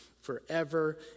forever